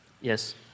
Yes